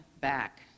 back